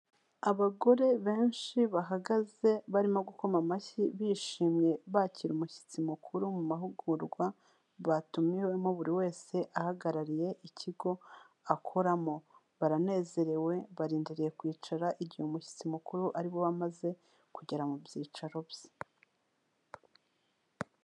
Abagore benshi bahagaze barimo gukoma amashyi, bishimye bakira umushyitsi mukuru mu mahugurwa batumiwemo, buri wese ahagarariye ikigo akoramo. Baranezerewe barindiriye kwicara, igihe umushyitsi mukuru ari bube amaze kugera mu byicaro bye.